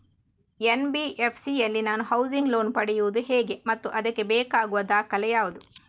NBFC ಯಲ್ಲಿ ನಾನು housing loan ಪಡೆಯುದು ಹೇಗೆ ಮತ್ತು ಅದಕ್ಕೆ ಬೇಕಾಗುವ ದಾಖಲೆ ಯಾವುದು?